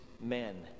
men